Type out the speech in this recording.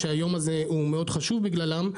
שהיום הזה הוא מאוד חשוב בגללם,